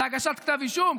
להגשת כתב אישום?